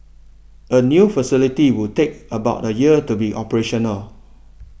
a new facility would take about a year to be operational